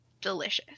Delicious